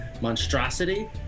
monstrosity